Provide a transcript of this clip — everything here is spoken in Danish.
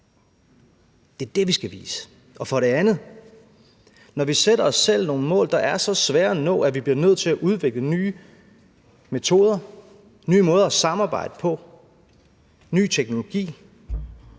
Det er det, vi skal vise. Og for det andet: Når vi sætter os selv nogle mål, der er så svære at nå, at vi bliver nødt til at udvikle nye metoder, nye måder at samarbejde på, ny teknologi,